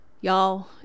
Y'all